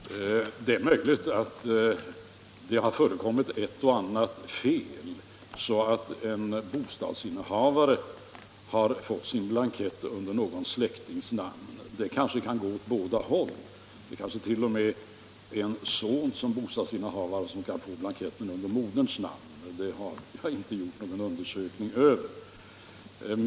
Fru talman! Det är möjligt att det har förekommit ett och annat fel, så att en bostadsinnehavare har fått sin blankett under någon släktings namn. Det kan vil gå åt båda hållen — det kanske t.o.m. är en son som är bostadsinnehavare och fått blankett under moderns namn. Hur det förhåller sig med detta har jag inte gjort någon undersökning av.